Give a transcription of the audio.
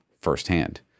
firsthand